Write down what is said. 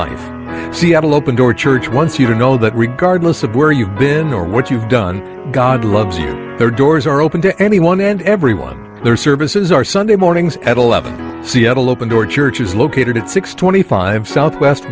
loving seattle open door church once you know that regardless of where you've been or what you've done god loves you there are doors are open to anyone and everyone their services are sunday mornings at seattle open door church is located at six twenty five south west